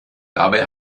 dabei